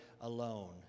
alone